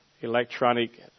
electronic